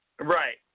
Right